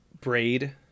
Braid